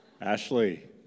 Ashley